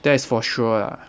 that's for sure lah